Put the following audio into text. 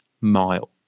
mile